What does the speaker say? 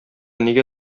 нигә